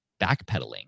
backpedaling